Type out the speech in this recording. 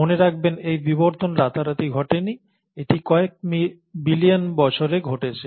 মনে রাখবেন এই বিবর্তন রাতারাতি ঘটেনি এটি কয়েক বিলিয়ন বছরে ঘটেছে